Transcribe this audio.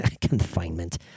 Confinement